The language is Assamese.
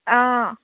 অঁ